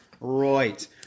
right